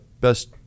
best